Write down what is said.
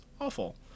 awful